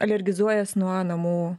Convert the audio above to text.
alergizuojas nuo namų